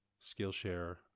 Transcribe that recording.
Skillshare